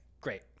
great